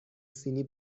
سینی